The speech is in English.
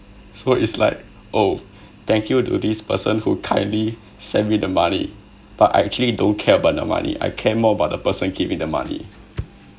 so it's like oh thank you to this person who kindly send me the money but I actually don't care about the money I care more about the person give me the money